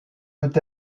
peut